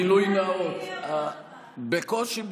גילוי נאות: בקושי,